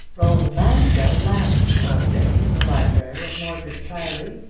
roland lansdell lounged all day in the library at mordred priory,